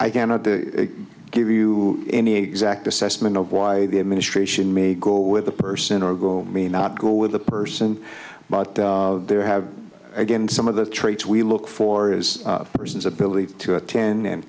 i cannot give you any exact assessment of why the administration may go with the person or go may not go with the person but there have again some of the traits we look for is the person's ability to attend and